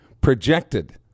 projected –